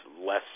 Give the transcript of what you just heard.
less